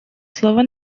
слово